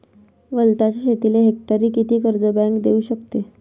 वलताच्या शेतीले हेक्टरी किती कर्ज बँक देऊ शकते?